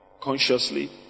consciously